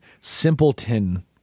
Simpleton